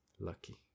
lucky